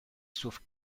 sauf